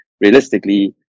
realistically